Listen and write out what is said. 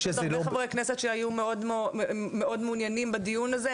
יש עוד חברי כנסת שהיו מאוד מעוניינים בדיון הזה,